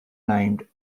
named